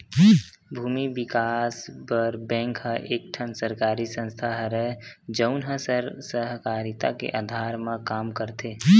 भूमि बिकास बर बेंक ह एक ठन सरकारी संस्था हरय, जउन ह सहकारिता के अधार म काम करथे